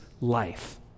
life